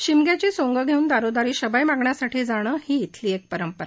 शिमग्याची सोंग घेऊन दारोदारी शबय मागण्यासाठी जाणं ही इथली एक परंपरा